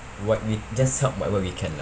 what we just help whatever we can lah